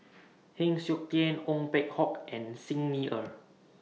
Heng Siok Tian Ong Peng Hock and Xi Ni Er